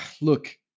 Look